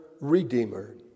Redeemer